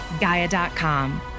Gaia.com